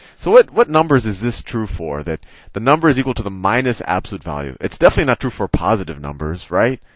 so what what numbers is this true for, that the number is equal to the minus absolute value? it's definitely not true for positive numbers, right?